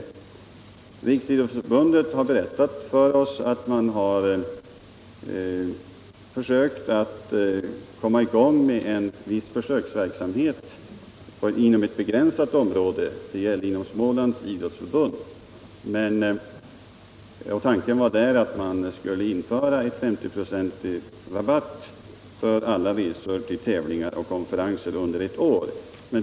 Man har från Riksidrottsförbundet berättat för oss att man försökt att komma i gång med en viss försöksverksamhet inom ett begränsat område, nämligen Smålands idrottsförbund. Tanken var att man där skulle införa en 50-procentig rabatt för alla resor till tävlingar och konferenser under ett år.